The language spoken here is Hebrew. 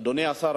אדוני השר,